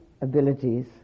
abilities